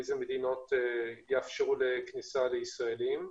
איזה מדינות יאפשרו כניסה לישראלים.